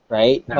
right